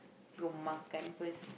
go makan first